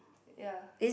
ya